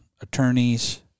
attorneys